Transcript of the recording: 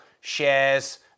shares